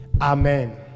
Amen